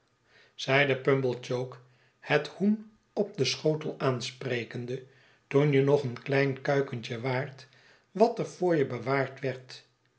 zeide pumblechook het hoen op den schotel aansprekende toenje nog een klein kuikentje waart wat er voor je bewaard werd